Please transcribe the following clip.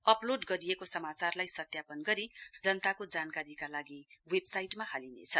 upload गरिएको समाचारलाई सत्यापन गरी जनताको जानकारीका लागि वेवसाइटमा हालिनेछ